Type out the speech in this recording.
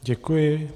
Děkuji.